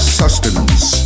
sustenance